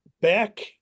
back